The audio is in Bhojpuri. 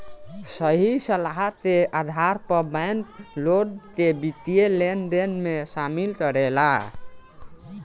सही सलाह के आधार पर बैंक, लोग के वित्तीय लेनदेन में शामिल करेला